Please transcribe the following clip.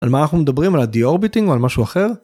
על מה אנחנו מדברים, על ה-deorbiting או על משהו אחר?